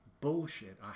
bullshit